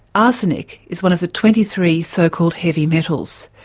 arsenic is one of the twenty three so-called heavy metals.